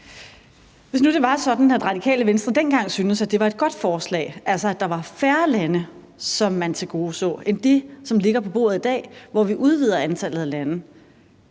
Hvis nu det var sådan, at Radikale Venstre dengang syntes, at det var et godt forslag, altså at der var færre lande, som man tilgodeså, end det, som ligger på bordet i dag, hvor vi udvider antallet af lande,